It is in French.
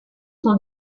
sont